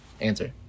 Answer